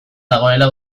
dagoela